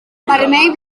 vermell